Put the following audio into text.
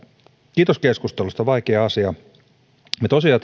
kiitos keskustelusta vaikea asia me tosiaan